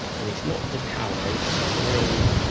and it's not the tower, it's the line,